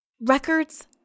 Records